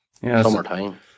summertime